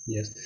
Yes